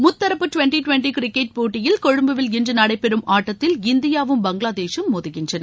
முத்தரப்பு twenty twenty cricket போட்டியில் கொழும்பில் இன்று நடைபெறும் ஆட்டத்தில் இந்தியாவும் பங்களாதேசும் மோதுகின்றன